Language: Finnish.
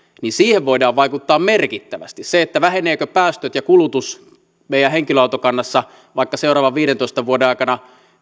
siihen voidaan vaikuttaa merkittävästi siihen vähenevätkö päästöt ja kulutus meidän henkilöautokannassa vaikka seuraavan viidentoista vuoden aikana